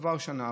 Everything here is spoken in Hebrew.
עברה שנה,